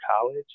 college